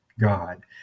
God